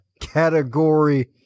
category